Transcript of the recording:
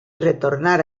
retornar